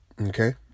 okay